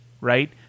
right